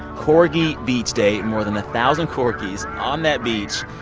corgi beach day more than a thousand corgis on that beach.